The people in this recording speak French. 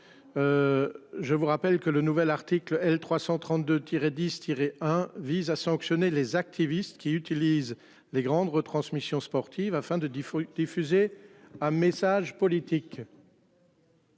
Je vous rappelle que le nouvel article L 332 tiré 10 tirer hein vise à sanctionner les activistes qui. Utilisent les grandes retransmissions sportives afin de 10 fois diffusé un message politique.